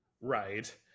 Right